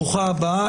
ברוכה הבאה.